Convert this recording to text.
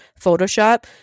Photoshop